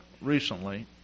recently